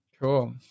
cool